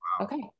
okay